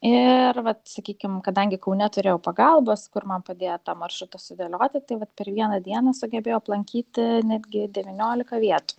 ir vat sakykim kadangi kaune turėjau pagalbos kur man padėjo tą maršrutą sudėlioti tai vat per vieną dieną sugebėjau aplankyti netgi devyniolika vietų